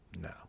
No